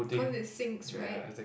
cause it sinks right